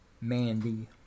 Mandy